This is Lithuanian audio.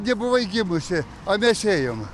nebuvai gimusi a mes ėjom